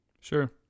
Sure